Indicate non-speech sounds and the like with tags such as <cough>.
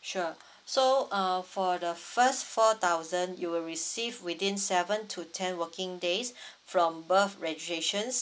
sure <breath> so uh for the first four thousand you will receive within seven to ten working days <breath> from birth registration